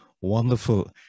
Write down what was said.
wonderful